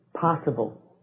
possible